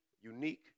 unique